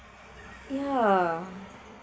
yeah